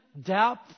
depth